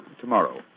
tomorrow